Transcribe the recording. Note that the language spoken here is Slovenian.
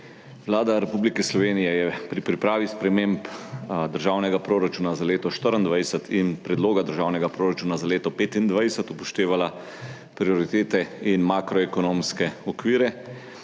Vlada Republike Slovenije je pri pripravi sprememb državnega proračuna za leto 2024 in predloga državnega proračuna za leto 2025 upoštevala prioritete in makroekonomske okvire,